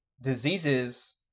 Diseases